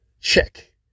check